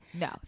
no